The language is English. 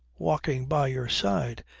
walking by your side.